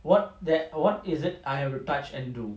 what that what is it I will touch and do